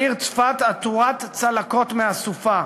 העיר צפת עטורת צלקות מהסופה,